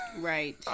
Right